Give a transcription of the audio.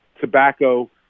tobacco